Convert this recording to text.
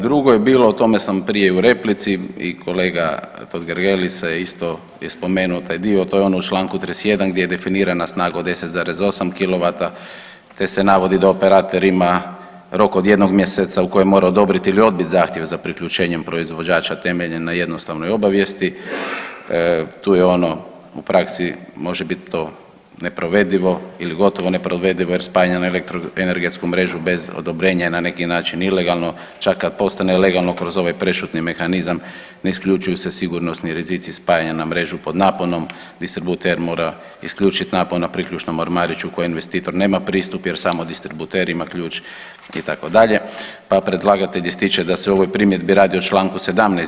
Drugo je bilo o tome sam prije u replici i kolega Totgergeli je isto spomenuo taj dio, to je ono u čl. 31. gdje je definirana snaga od 10,8 kW te se navodi da operater ima rok od jednog mjeseca u kojem mora odobrit ili odbit zahtjev za priključenjem proizvođača temeljen na jednostavnoj obavijesti, tu je ono u praksi može biti to neprovedivo ili gotovo neprovedivo jer spajanje na elektroenergetsku mrežu bez odobrenja je na neki način ilegalno, čak kad postane legalno kroz ovaj prešutni mehanizam ne isključuju se sigurnosni rizici spajanja na mrežu pod naponom, distributer mora isključiti napon na priključnom ormariću kojem investitor nema pristup jer samo distributer ima ključ itd., pa predlagatelj ističe da se u ovoj primjedbi radi o čl. 17.